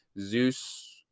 zeus